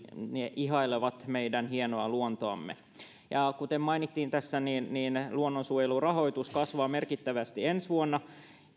he ihailevat meidän hienoa luontoamme kuten mainittiin tässä niin niin luonnonsuojelurahoitus kasvaa merkittävästi ensi vuonna